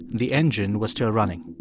the engine was still running.